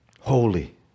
holy